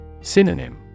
Synonym